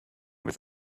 with